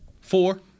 Four